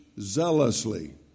zealously